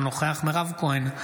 אינו נוכח מירב כהן,